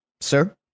sir